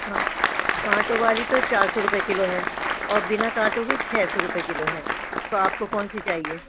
ہاں کانٹوں والی تو چار سو روپے کلو ہے اور بنا کانٹوں کی چھ سو روپے کلو ہے تو آپ کو کون سی چاہیے